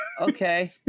Okay